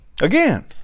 Again